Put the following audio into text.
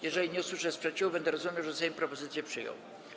Jeżeli nie usłyszę sprzeciwu, będę rozumiał, że Sejm propozycje przyjął.